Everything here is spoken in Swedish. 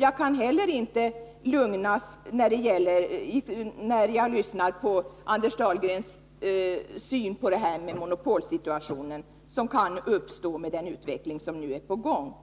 Jag har heller inte blivit lugnare sedan jag fått veta Anders Dahlgrens syn på den monopolsituation som kan uppstå med den utveckling som nu är på gång.